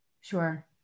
Sure